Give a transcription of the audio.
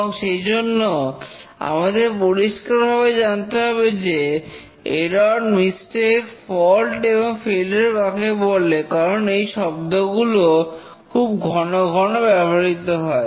এবং সেই জন্য আমাদের পরিষ্কারভাবে জানতে হবে যে এরর মিসটেক ফল্ট এবং ফেলিওর কাকে বলে কারণ এই শব্দগুলো খুব ঘনঘন ব্যবহৃত হয়